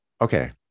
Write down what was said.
Okay